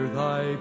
thy